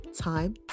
time